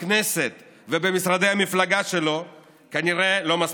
בכנסת ובמשרדי המפלגה שלו כנראה לא מספיקות.